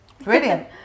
Brilliant